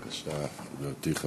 בבקשה, גברתי.